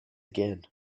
again